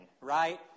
right